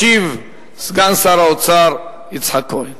ישיב סגן שר האוצר יצחק כהן.